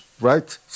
right